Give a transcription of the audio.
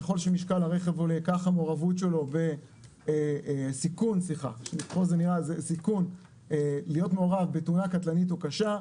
ככל שמשקל הרכב עולה כך הסיכון שלו להיות מעורב בתאונה קטלנית או קשה,